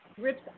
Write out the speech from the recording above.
rips